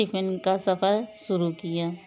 tiffin का सफर शुरू किया